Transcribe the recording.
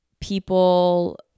people